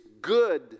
good